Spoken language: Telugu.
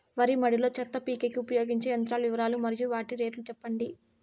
వరి మడి లో చెత్త పీకేకి ఉపయోగించే యంత్రాల వివరాలు మరియు వాటి రేట్లు చెప్పండి?